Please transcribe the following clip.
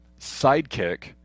sidekick